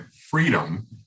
freedom